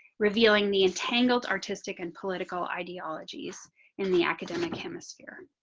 revealing the entangled artistic and political ideologies in the academic hemisphere.